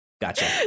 Gotcha